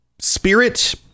spirit